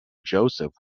joseph